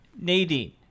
Nadine